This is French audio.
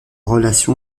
relation